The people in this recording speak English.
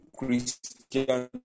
Christian